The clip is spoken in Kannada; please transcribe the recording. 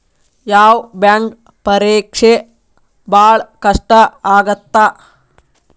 ಯಾವ್ ಬ್ಯಾಂಕ್ ಪರೇಕ್ಷೆ ಭಾಳ್ ಕಷ್ಟ ಆಗತ್ತಾ?